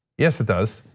yes, it does,